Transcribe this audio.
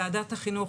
ועדת החינוך,